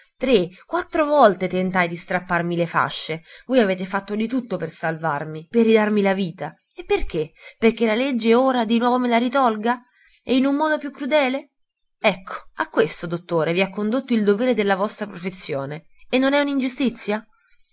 tre quattro volte tentai di strapparmi le fasce voi avete fatto di tutto per salvarmi per ridarmi la vita e perché perché la legge ora di nuovo me la ritolga e in un modo più crudele ecco a questo dottore vi ha condotto il dovere della vostra professione e non è